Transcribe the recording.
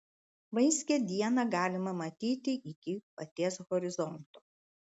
vaiskią dieną galima matyti iki paties horizonto